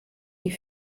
die